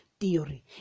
Theory